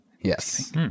Yes